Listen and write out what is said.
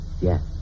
Yes